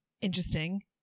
interesting